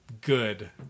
good